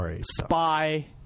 spy